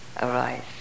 arise